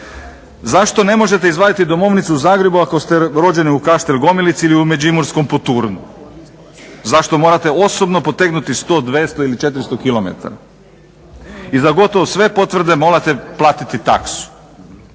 Zašto ne možete izvaditi domovnicu u Zagrebu ako ste rođeni u Kaštel Gomilici ili u međimurskom Poturnu? Zašto morate osobno potegnuti 100, 200 ili 400 km? I za gotovo sve potvrde morate platiti taksu.